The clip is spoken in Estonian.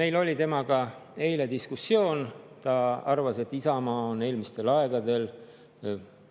Meil oli temaga eile diskussioon. Ta arvas, et Isamaa on [varem] olnud